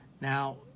Now